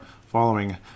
following